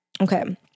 Okay